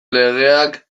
legeak